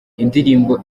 indirimbo